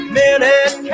minute